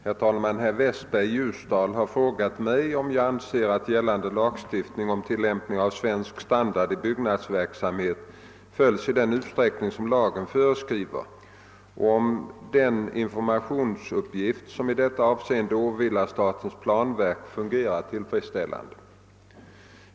Herr talman! Herr Westberg i Ljusdal har frågat mig, om jag anser att gällande lagstiftning om tillämpningen av svensk standard i byggnadsverksamheten följs i den utsträckning som lagen föreskriver och om den informationsuppgift som i detta avseende åvilar statens planverk fungerar tillfredsställande.